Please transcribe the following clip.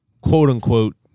quote-unquote